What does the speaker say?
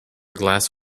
glass